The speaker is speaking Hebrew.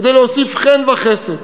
כדי להוסיף חן וחסד,